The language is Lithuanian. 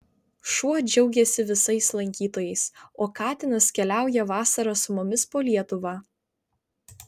šuo džiaugiasi visais lankytojais o katinas keliauja vasarą su mumis po lietuvą